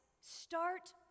start